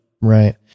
Right